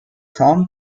tom